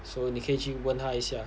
so 你可以去问他一下